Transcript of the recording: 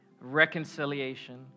reconciliation